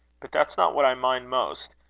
but that's not what i mind most.